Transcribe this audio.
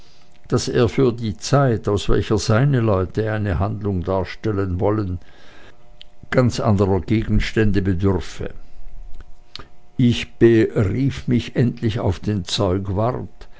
daß er für die zeit aus welcher seine leute eine handlung darstellen wollten ganz anderer gegenstände bedürfe ich berief mich endlich auf den